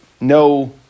no